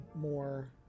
more